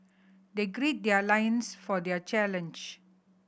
they gird their loins for their challenge